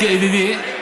ידידי,